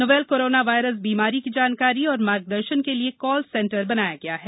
novel corona virus बीमारी की जानकारी और मार्गदर्शन के लिये कॉल सेन्टर बनाया गया है